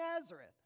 Nazareth